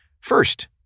First